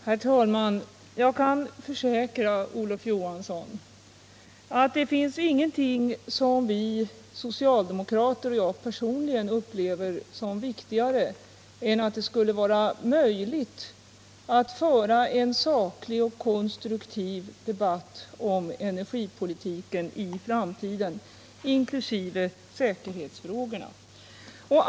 Herr talman! Jag kan försäkra Olof Johansson att det finns ingenting som vi socialdemokrater och jag personligen upplever som viktigare än att det skulle vara möjligt att föra en saklig och konstruktiv debatt om energipolitiken i framtiden, inkl. säkerhetsfrågorna.